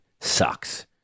sucks